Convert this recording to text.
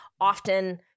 often